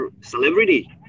celebrity